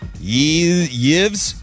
Yves